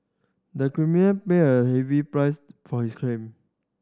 the criminal paid a heavy price for his crime